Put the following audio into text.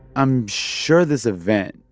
i'm sure this event,